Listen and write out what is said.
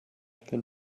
can